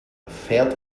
fährt